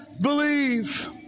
believe